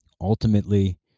Ultimately